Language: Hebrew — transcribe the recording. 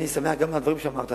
אני שמח גם על הדברים שאמרת,